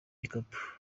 gikapu